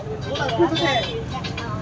ಸರ್ಕಾರದ ಯೋಜನೆ ಯಾವ್ ಯಾವ್ದ್?